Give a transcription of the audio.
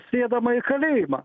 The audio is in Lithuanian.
sėdama į kalėjimą